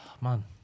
man